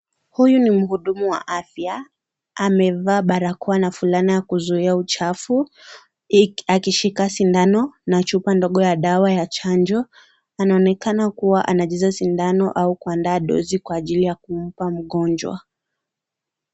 Huyu ni mhudumu wa afya. Amevaa barakoa na fulana ya kuzuia uchafu. Akishika sindano na chupa ndogo ya dawa ya chanjo. Anaonekana kuwa anajaza sindano au kuandaa dozi kwa ajili ya kumpa mgonjwa.